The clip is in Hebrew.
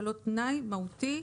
ולא תנאי מהותי?